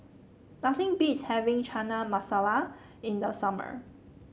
nothing beats having Chana Masala in the summer